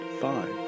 five